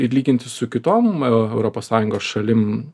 ir lyginti su kitom europos sąjungos šalim